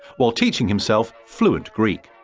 while teaching himself fluent greek.